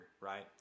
right